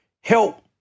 help